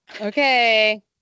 Okay